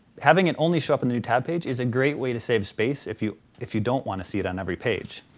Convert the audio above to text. having it only show up in the new tab page is a great way to save space if you if you don't want to see it on every page.